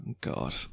God